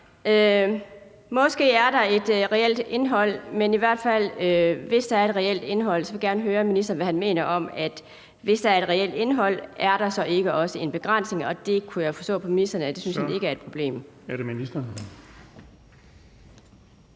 Måske er der et reelt indhold, og hvis der er et reelt indhold, vil jeg i hvert fald gerne høre ministeren, hvad han mener med det; for hvis der er et reelt indhold, er der så ikke også en begrænsning? Og det kunne jeg forstå på ministeren at han ikke synes er et problem.